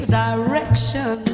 direction